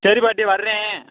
சரி பாட்டி வர்றேன்